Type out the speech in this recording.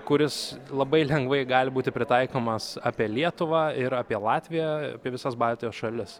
kuris labai lengvai gali būti pritaikomas apie lietuvą ir apie latviją apie visas baltijos šalis